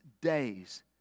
days